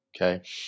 Okay